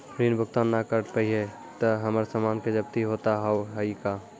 ऋण भुगतान ना करऽ पहिए तह हमर समान के जब्ती होता हाव हई का?